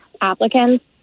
applicants